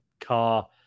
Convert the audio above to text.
car